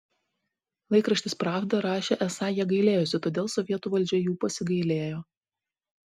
laikraštis pravda rašė esą jie gailėjosi todėl sovietų valdžia jų pasigailėjo